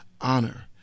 honor